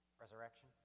resurrection